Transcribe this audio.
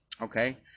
okay